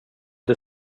det